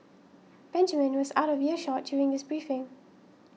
Benjamin was out of earshot during this briefing